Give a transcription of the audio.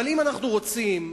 אבל אם אנחנו רוצים,